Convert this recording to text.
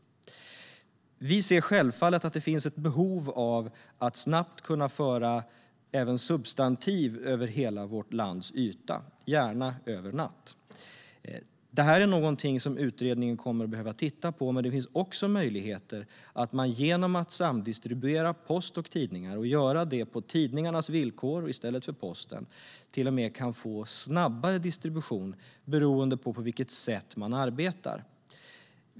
Vi ser självfallet att det finns ett behov av att snabbt kunna föra även substantiv över hela vårt lands yta, gärna över natt. Det är något som utredningen kommer att behöva titta på, men det finns också möjlighet att genom att samdistribuera post och tidningar, på tidningarnas villkor i stället för postens, till och med få snabbare distribution beroende på hur man arbetar.